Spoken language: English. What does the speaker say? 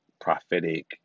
prophetic